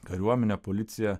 kariuomenė policija